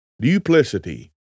Duplicity